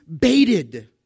baited